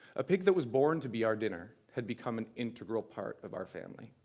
a pig that was born to be our dinner had become an integral part of our family.